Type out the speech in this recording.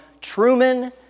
Truman